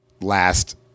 last